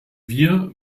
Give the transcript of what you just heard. wir